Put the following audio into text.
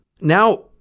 now